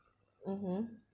mmhmm